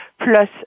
plus